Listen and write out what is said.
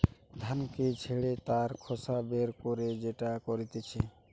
ধানকে ঝেড়ে তার খোসা বের করে যেটা করতিছে